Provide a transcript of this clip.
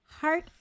heart